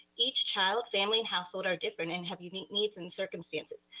each child, family and household are different and have unique needs and circumstances.